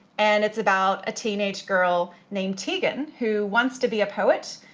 and it's about a teenage girl named tegan who wants to be a poet,